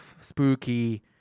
Spooky